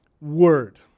word